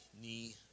knee